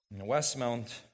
Westmount